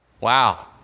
Wow